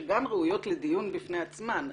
שגם ראויות לדיון בפני עצמן,